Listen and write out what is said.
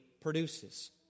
produces